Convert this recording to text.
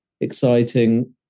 exciting